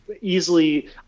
Easily